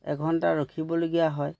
এঘণ্টা ৰখিবলগীয়া হয়